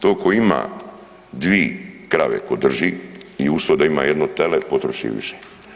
To ko ima dvi krave ko drži i uz to da ima jedno tele potroši više.